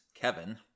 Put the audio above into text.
Kevin